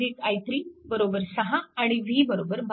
i1 i3 6 आणि v 12V